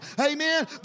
Amen